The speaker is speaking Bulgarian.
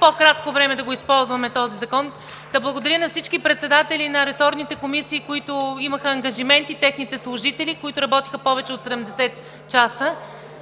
по-кратко време да използват този закон! Да благодаря на всички председатели на ресорните комисии, които имаха ангажименти, на техните служители, които работиха повече от 70 часа!